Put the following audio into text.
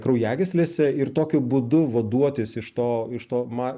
kraujagyslėse ir tokiu būdu vaduotis iš to iš to ma